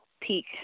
peak